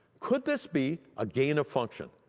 could this be a gain of function?